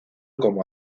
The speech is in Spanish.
como